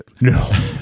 No